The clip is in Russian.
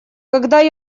когда